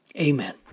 Amen